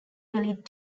bellied